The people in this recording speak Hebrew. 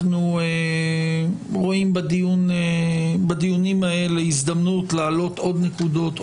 אנו רואים בדיונים הללו הזדמנות להעלות עוד נקודות,